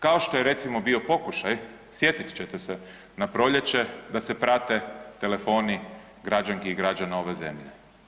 Kao što je recimo bio pokušaj, sjetit ćete se, na proljeće da se prate telefoni građanki i građana ove zemlje.